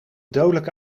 dodelijke